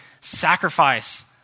sacrifice